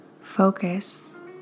Focus